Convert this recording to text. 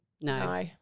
No